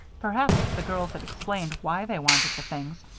perhaps if the girls had explained why they wanted the things,